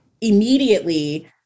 immediately